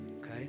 Okay